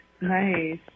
Nice